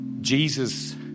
Jesus